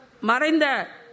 Marinda